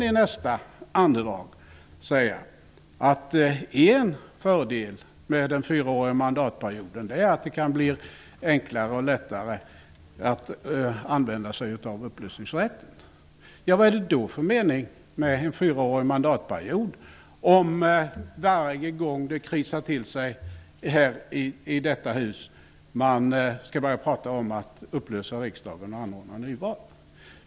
I nästa andetag säger han att en fördel med den fyraåriga mandatperioden är att det kan bli enklare att använda sig av upplösningsrätten. Vad är det för mening med en fyraårig mandatperiod, om man varje gång det krisar till sig i detta hus skall börja prata om att upplösa riksdagen och anordna nyval?